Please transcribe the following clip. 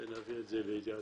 ונביא את זה לידיעתו.